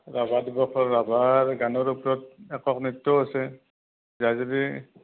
ৰাভা দিৱসত ৰাভাৰ গানৰ ওপৰত একক নৃত্যও আছে যাই যদি